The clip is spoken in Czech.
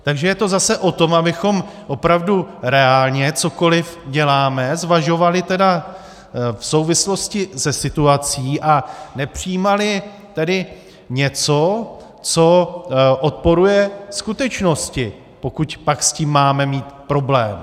Takže je to zase o tom, abychom opravdu reálně, cokoli děláme, zvažovali v souvislosti se situací a nepřijímali tady něco, co odporuje skutečnosti, pokud pak s tím máme mít problém.